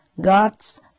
God's